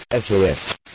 SOS